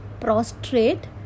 prostrate